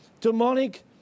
demonic